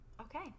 okay